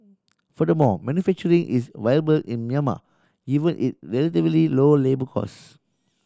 furthermore manufacturing is viable in Myanmar even it relatively low labour cost